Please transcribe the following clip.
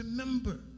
Remember